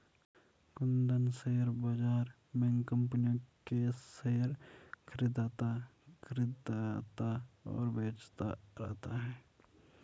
Kundan share बाज़ार में कम्पनियों के शेयर खरीदता और बेचता रहता है